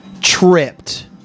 tripped